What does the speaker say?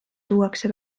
tuuakse